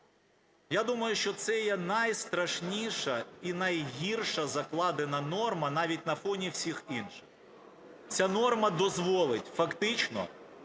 Я думаю, що це є найстрашніша і найгірша закладена норма навіть на фоні всіх інших. Ця норма дозволить фактично